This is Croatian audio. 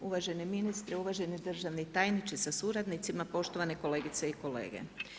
Uvaženi ministre, uvaženi državni tajniče sa suradnicima, poštovane kolegice i kolege.